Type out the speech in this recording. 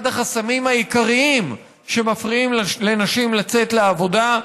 החסמים העיקריים שמפריעים לנשים לצאת לעבודה,